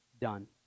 done